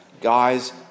guys